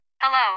Hello